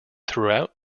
throughout